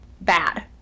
bad